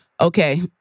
okay